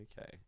Okay